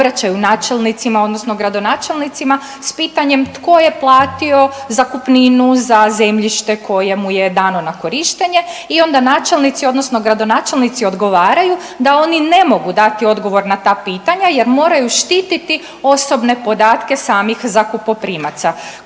obraćaju načelnicima, odnosno gradonačelnicima sa pitanjem tko je platio zakupninu za zemljište koje mu je dano na korištenje i onda načelnici, odnosno gradonačelnici odgovaraju da oni ne mogu dati odgovor na ta pitanja jer moraju štititi osobne podatke samih zakupoprimaca.